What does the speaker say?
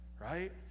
Right